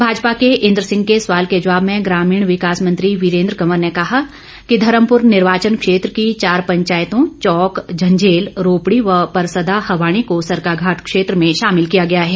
भाजपा के इंद्र सिंह के सवाल के जवाब में ग्रामीण विकास मंत्री वीरेंद्र कंवर ने कहा कि धर्मपुर निर्वाचन क्षेत्र की चार पंचायतों चौक झंझेल रोपड़ी व परसदा हवाणी को सरकाघाट क्षेत्र में शामिल किया गया है